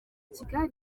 kigali